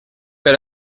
per